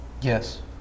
yes